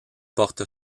porte